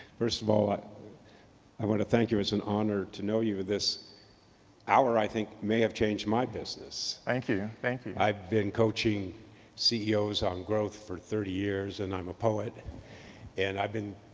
first of all, ah i want to thank you, it's an honor to know you. this hour i think may have changed my business. thank you, thank you. i've been coaching ceos on growth for thirty years and i'm a poet and i've been,